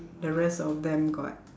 the rest of them got